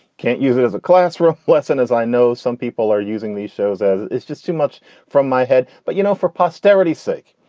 can't use it as a classroom lesson. as i know, some people are using these shows as it's just too much from my head. but you know, for posterity's sake,